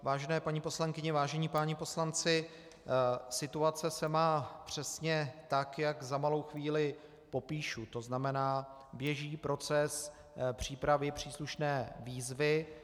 Vážené paní poslankyně, vážení páni poslanci, situace se má přesně tak, jak za malou chvíli popíšu, to znamená, běží proces přípravy příslušné výzvy.